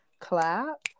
clap